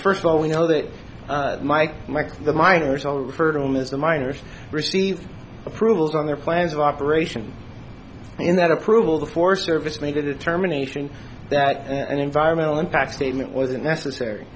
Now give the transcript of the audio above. first of all we know that mike mike the miners all refer to him as the miners received approvals on their plans of operation in that approval before service make a determination that an environmental impact statement was necessary